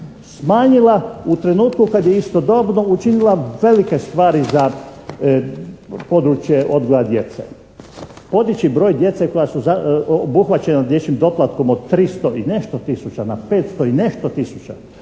smanjila u trenutku kad je istodobno učinila velike stvari za područje odgoja djece. Podići broj djece koja su obuhvaćena dječjim doplatkom od 300 i nešto tisuća na 500 i nešto tisuća